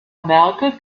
merkel